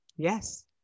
Yes